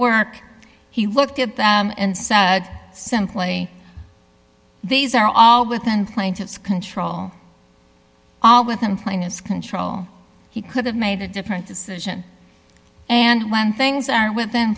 work he looked at them and said simply these are all within plaintiff's control all within plainness control he could have made a different decision and when things aren't with